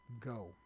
go